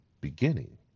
beginning